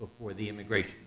before the immigration